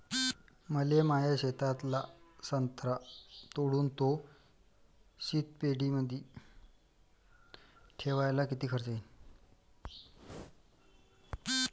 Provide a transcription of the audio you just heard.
मले माया शेतातला संत्रा तोडून तो शीतपेटीमंदी ठेवायले किती खर्च येईन?